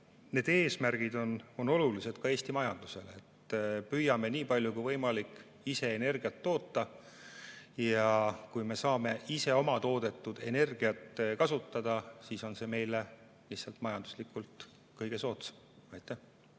need eesmärgid on olulised ka Eesti majandusele. Püüame nii palju kui võimalik ise energiat toota ja kui me saame ise oma toodetud energiat kasutada, siis on see meile majanduslikult kõige soodsam. Aitäh!